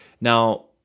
Now